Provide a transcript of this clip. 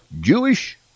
Jewish